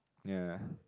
ya